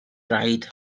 raid